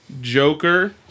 Joker